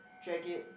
drag it